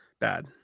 bad